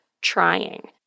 trying